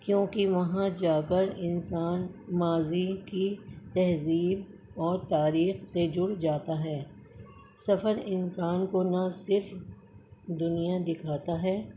کیونکہ وہاں جا کر انسان ماضی کی تہذیب اور تاریخ سے جڑ جاتا ہے سفر انسان کو نہ صرف دنیا دکھاتا ہے